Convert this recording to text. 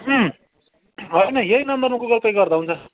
उम् होइन यही नम्बरमा गुगल पे गर्दा हुन्छ